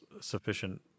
sufficient